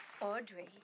Audrey